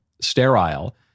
sterile